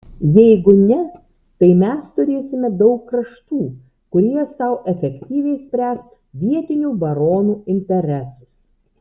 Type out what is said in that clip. jeigu ne tai mes turėsime daug kraštų kurie sau efektyviai spręs vietinių baronų interesus